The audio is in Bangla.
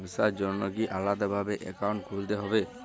ব্যাবসার জন্য কি আলাদা ভাবে অ্যাকাউন্ট খুলতে হবে?